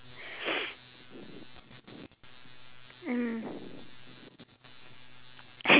they really they didn't like enjoy themselves that's that as much as they thought they would